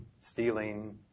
stealing